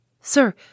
Sir